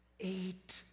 Eight